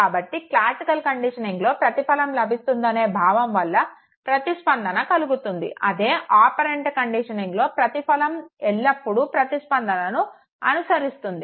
కాబట్టి క్లాసికల్ కండిషనింగ్లో ప్రతిఫలం లభిస్తుందనే భావంవల్ల ప్రతిస్పందన కలుగుతుంది అదే ఆపరెంట్ కండిషనింగ్ లో ప్రతిఫలం ఎల్లప్పుడు ప్రతిస్పందనను అనుసరిస్తుంది